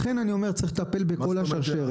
לכן אני טוען שצריך לטפל בכל השרשרת.